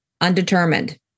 undetermined